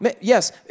yes